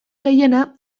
gehiena